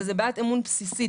וזו בעיית אמון בסיסי.